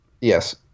Yes